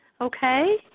okay